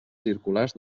circulars